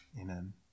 Amen